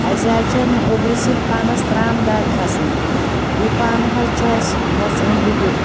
اسہِ حظ چھُ اَمہِ اوٚبرٕ سۭتۍ پَنَس ترٛامہٕ داغ کھسان یہِ پَن حظ چھُ اسہِ گژھان لیٛدُر